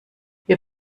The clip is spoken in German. wir